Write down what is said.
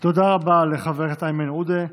תודה רבה לחבר הכנסת איימן עודה.